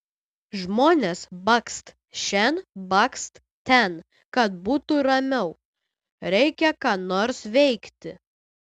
žmonės bakst šen bakst ten kad būtų ramiau reikia ką nors veikti